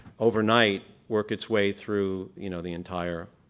overnight, work its way through you know the entire